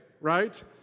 Right